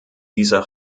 dieser